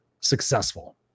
Successful